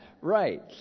Right